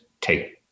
take